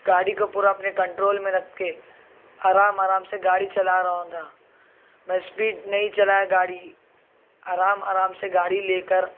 گاڑی کو پورا اپنے کنٹرول میں رکھ کے آرام آرام سے گاڑی چلا رہا تھا میں اسپیڈ نہیں چلایا گاڑی آرام آرام سے گاڑی لے کر